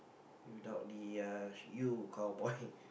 without the uh you cowboy